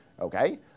Okay